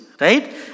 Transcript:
Right